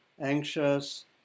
anxious